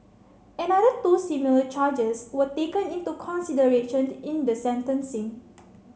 another two similar charges were taken into consideration in the sentencing